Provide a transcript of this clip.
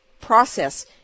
process